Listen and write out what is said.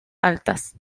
altas